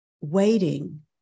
waiting